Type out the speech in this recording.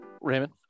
Raymond